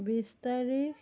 বিছ তাৰিখ